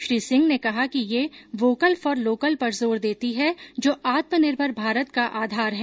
श्री सिंह ने कहा कि ये वोकल फॉर लोकल पर जोर देती है जो आत्मनिर्भर भारत का आधार है